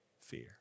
fear